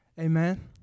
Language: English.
Amen